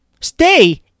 Stay